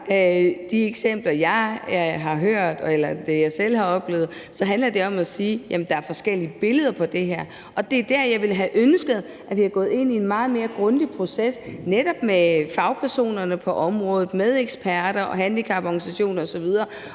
de eksempler, jeg har hørt, eller det, jeg selv har oplevet, handler det om at sige, at der er forskellige billeder på det her. Og det er der, jeg ville have ønsket, at vi var gået ind i en meget mere grundig proces netop med fagpersonerne på området, med eksperter og handicaporganisationer osv.,